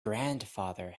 grandfather